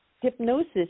hypnosis